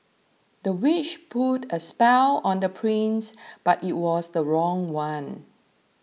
the witch put a spell on the prince but it was the wrong one